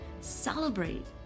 celebrate